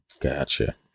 Gotcha